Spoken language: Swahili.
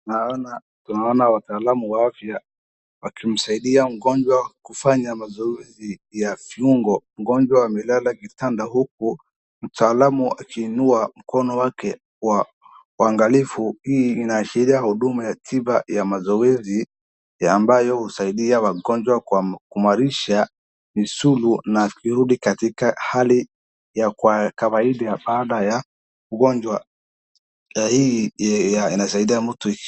Naona wataalamu wapya wakimsaidi mgonjwa kufanya mazoezi ya fiungo, mgonjwa amelala kitanda huku mtaalamu akiinua mkono wake kwa waangalifu, hii inaashiria huduma ya tiba ya mazoezi ambayo husaidia wagonjwa kwa kumaarisha musulu na kuridi katika hali ya kawaida baada ya ugonjwa, na hii anasaidia mtu.